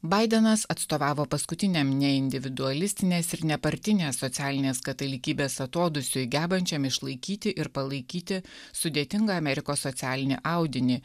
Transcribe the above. baidenas atstovavo paskutiniam neindividualistinės ir nepartinės socialinės katalikybės atodūsiui gebančiam išlaikyti ir palaikyti sudėtingą amerikos socialinį audinį